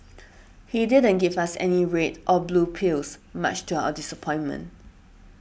he didn't give us any red or blue pills much to our disappointment